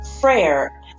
prayer